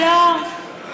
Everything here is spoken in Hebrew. לא.